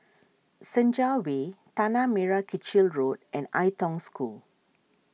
Senja Way Tanah Merah Kechil Road and Ai Tong School